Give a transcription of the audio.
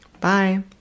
Bye